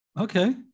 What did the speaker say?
Okay